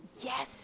yes